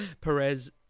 Perez